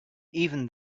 even